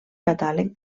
catàleg